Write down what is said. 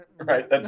right